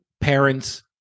parents